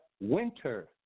winter